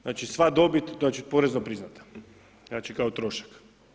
Znači sva dobit, znači porezno priznata, znači kao trošak.